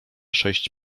sześć